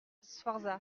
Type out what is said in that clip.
sforza